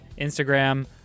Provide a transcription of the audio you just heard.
instagram